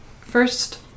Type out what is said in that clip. first